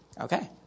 Okay